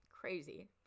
Crazy